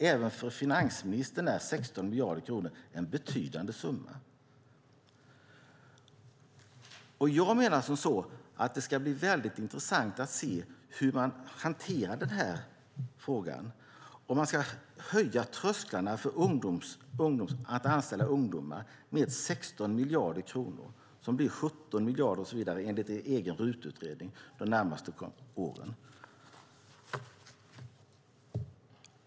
Även för finansministern är 16 miljarder kronor en betydande summa. Det ska bli väldigt intressant att se hur man hanterar den här frågan. Ska man höja trösklarna för att anställa ungdomar genom att kostnaderna ökar med 16 miljarder kronor - vilket sedan enligt er egen RUT-utredning blir 17 miljarder de närmaste åren?